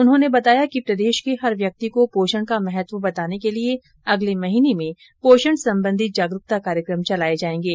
उन्होंने बताया कि प्रदेश के हर व्यक्ति को पोषण का महत्व बताने के लिए अगले महीने में पोषण सम्बन्धी जागरूकता कार्यक्रम चलाए जाएंगे